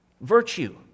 Virtue